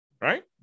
Right